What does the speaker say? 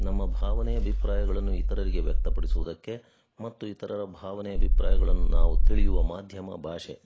ನಮ್ಮ ಭಾವನೆ ಅಭಿಪ್ರಾಯಗಳನ್ನು ಇತರರಿಗೆ ವ್ಯಕ್ತಪಡಿಸುವುದಕ್ಕೆ ಮತ್ತು ಇತರರ ಭಾವನೆ ಅಭಿಪ್ರಾಯಗಳನ್ನು ನಾವು ತಿಳಿಯುವ ಮಾಧ್ಯಮ ಭಾಷೆ